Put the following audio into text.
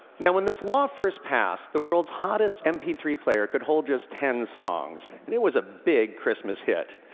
now when this law first passed, the world's hottest m p three player could hold just ten songs. and it was a big christmas hit.